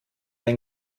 ein